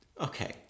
Okay